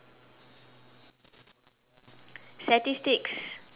statistics